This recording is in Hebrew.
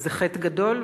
זה חטא גדול,